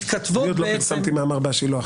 אני עוד לא פרסמתי מאמר ב-השילוח.